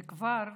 אם כבר,